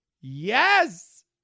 Yes